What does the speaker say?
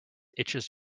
itches